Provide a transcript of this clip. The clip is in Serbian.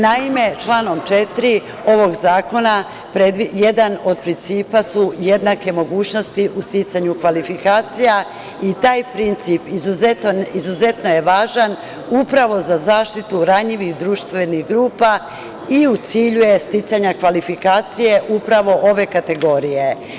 Naime, članom 4. ovog zakona jedan od principa su jednake mogućnosti u sticanju kvalifikacija i taj princip je izuzetno važan upravo za zaštitu ranjivih društvenih grupa i u cilju je sticanja kvalifikacije u pravo ove kategorije.